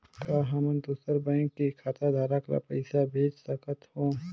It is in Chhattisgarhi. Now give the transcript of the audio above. का हमन दूसर बैंक के खाताधरक ल पइसा भेज सकथ हों?